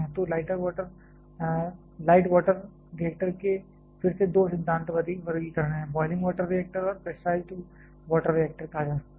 तो light water reactor के फिर से दो सिद्धांत वर्गीकरण हैं ब्वॉयलिंग वॉटर रिएक्टर और प्रेशराइज्ड वाटर रिएक्टर कहा जा सकता है